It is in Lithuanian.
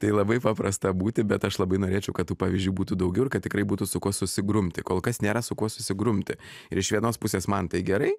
tai labai paprasta būti bet aš labai norėčiau kad tų pavyzdžių būtų daugiau ir kad tikrai būtų su kuo susigrumti kol kas nėra su kuo susigrumti ir iš vienos pusės man tai gerai